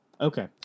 Okay